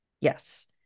yes